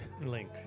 link